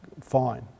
fine